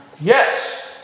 Yes